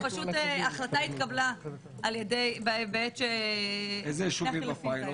ההחלטה התקבלה בעת ש --- באיזה יישובים הפיילוט?